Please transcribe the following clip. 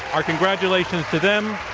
our congratulations to them.